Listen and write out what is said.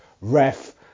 ref